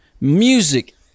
music